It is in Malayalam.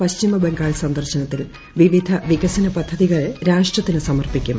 പശ്ചിമ ബംഗാൾ സന്ദർശനത്തിൽ വിപിധ വികസന പദ്ധതികൾ രാഷ്ട്രത്തിന് സമർപ്പിക്കും